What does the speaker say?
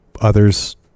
others